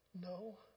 no